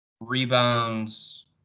rebounds